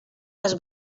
les